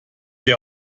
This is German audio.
hier